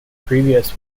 previous